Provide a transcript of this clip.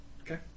Okay